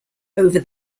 over